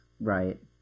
Right